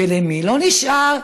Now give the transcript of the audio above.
ולמי לא נשאר?